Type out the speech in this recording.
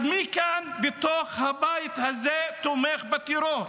אז מי כאן, בתוך הבית הזה, תומך בטרור?